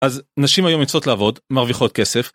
אז נשים היום יוצאות לעבוד מרוויחות כסף.